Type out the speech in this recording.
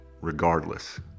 regardless